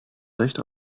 recht